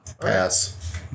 Pass